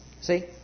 See